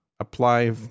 apply